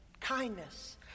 kindness